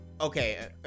okay